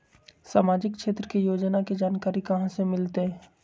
सामाजिक क्षेत्र के योजना के जानकारी कहाँ से मिलतै?